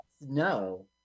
no